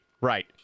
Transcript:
Right